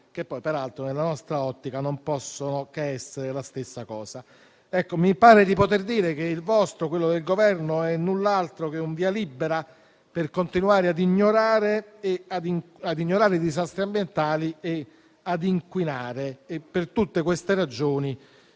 che peraltro nella nostra ottica non possono che essere la stessa cosa. Mi pare di poter dire che il vostro e quello del Governo sia null'altro che un via libera per continuare ad ignorare i disastri ambientali e ad inquinare. Per tutte queste ragioni,